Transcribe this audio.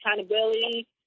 accountability